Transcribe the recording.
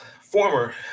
former